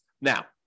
Now